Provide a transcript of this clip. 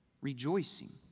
rejoicing